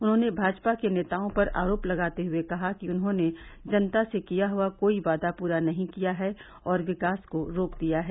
उन्होंने भाजपा के नेताओं पर आरोप लगाते हुये कहा कि उन्होंने जनता से किया हुआ कोई वादा पूरा नही किया है और विकास को रोक दिया है